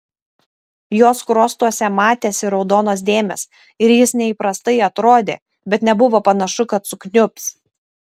jo skruostuose matėsi raudonos dėmės ir jis neįprastai atrodė bet nebuvo panašu kad sukniubs